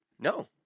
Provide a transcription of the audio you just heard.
No